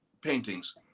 paintings